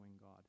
God